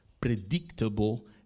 Predictable